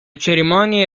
cerimonie